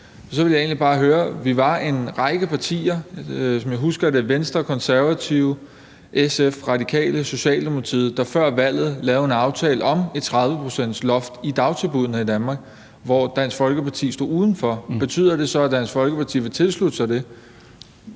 så vil jeg egentlig bare høre: Vi var en række partier – som jeg husker det: Venstre, Konservative, SF, Radikale og Socialdemokratiet – der før valget lavede en aftale om et 30-procentsloft i dagtilbuddene i Danmark, hvor Dansk Folkeparti stod udenfor. Betyder det så, at Dansk Folkeparti vil tilslutte sig det?